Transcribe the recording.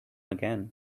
again